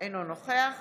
אינו נוכח